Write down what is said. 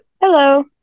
Hello